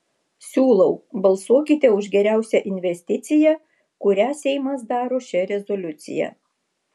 siūlau balsuokite už geriausią investiciją kurią seimas daro šia rezoliucija